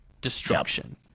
destruction